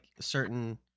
certain